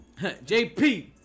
JP